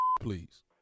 please